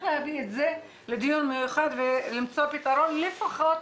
להביא את זה לדיון מיוחד ולמצוא פתרון לפחות